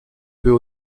peut